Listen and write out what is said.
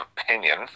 opinion